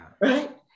Right